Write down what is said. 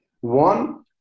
one